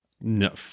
No